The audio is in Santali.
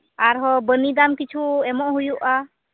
ᱟᱨᱦᱚᱸ ᱵᱟᱹᱱᱤ ᱫᱟᱢ ᱠᱤᱪᱷᱩ ᱮᱢᱚᱜ ᱦᱩᱭᱩᱜᱼᱟ